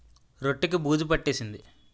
రొట్టె కి బూజు పట్టేసింది